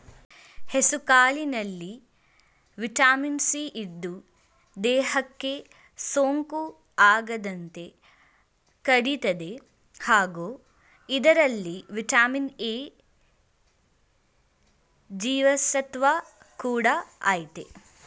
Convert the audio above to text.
ಹೆಸುಕಾಳಿನಲ್ಲಿ vitamin C ಇದ್ದು, ದೇಹಕ್ಕೆ ಸೋಂಕು ಆಗದಂತೆ ತಡಿತದೆ ಹಾಗೂ ಇದರಲ್ಲಿ ವಿಟಮಿನ್ ಎ ಜೀವಸತ್ವ ಕೂಡ ಆಯ್ತೆ